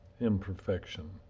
imperfection